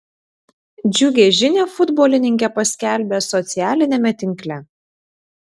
džiugią žinią futbolininkė paskelbė socialiniame tinkle